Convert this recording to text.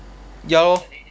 ya lor